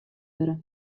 wurde